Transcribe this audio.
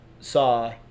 saw